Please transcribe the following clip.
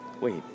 Wait